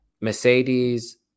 Mercedes